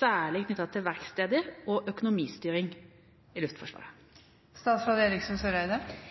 særlig knyttet til verksteder og økonomistyring i